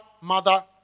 mother